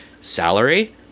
Salary